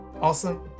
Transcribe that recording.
awesome